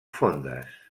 fondes